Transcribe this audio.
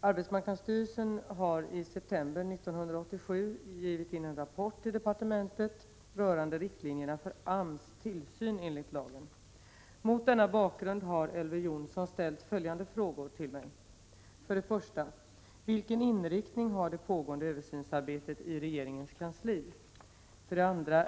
Arbetsmarknadsstyrelsen, AMS, har i september 1987 givit in en rapport till departementet rörande riktlinjerna för AMS tillsyn enligt lagen. Mot denna bakgrund har Elver Jonsson ställt följande frågor till mig: 1. Vilken inriktning har det pågående översynsarbetet i regeringens kansli? 2.